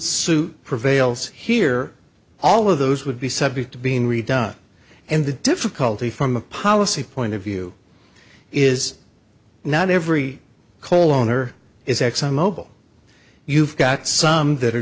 suit prevails here all of those would be subject to being redone and the difficulty from a policy point of view is not every coal owner is exxon mobil you've got some that are